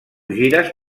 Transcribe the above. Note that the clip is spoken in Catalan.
gires